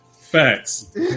facts